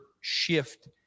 shift